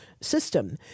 system